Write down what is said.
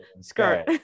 skirt